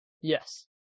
Yes